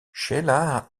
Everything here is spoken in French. sheila